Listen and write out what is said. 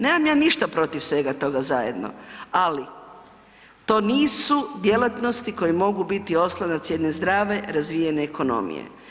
Nemam ja ništa protiv svega toga zajedno, ali to nisu djelatnosti koje mogu biti oslonac jedne zdrave razvijene ekonomije.